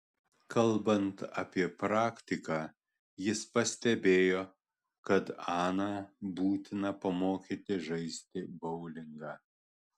kalbant apie praktiką jis pastebėjo kad aną būtina pamokyti žaisti boulingą